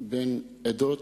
בין עדות,